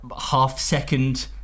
half-second